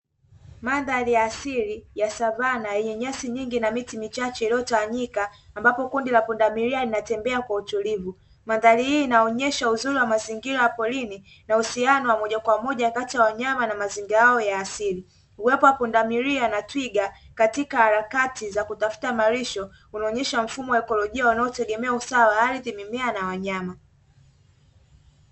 Mandhari ya asili ya savana yenye nyasi nyingi na miti michache iliyotawanyika ambapo kundi la pundamilia linatembea kwa utulivu. Mandhari hii inaonyesha uzuri wa mazingira ya porini na uhusiano wa moja kwa moja kati ya wanyama na mazingira yao ya asili, uwepo wa pundamilia na twiga katika harakati za kutafuta malisho unaonyesha mfumo wa ikolojia unategemea usawa wa ardhi, mimea na wanyama.